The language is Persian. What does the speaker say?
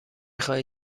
خواهی